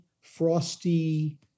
frosty